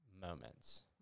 moments